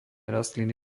rastliny